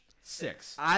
Six